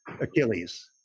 Achilles